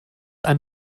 ein